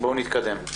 בואו נתקדם.